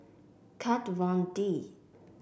Kat Von D